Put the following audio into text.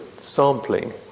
sampling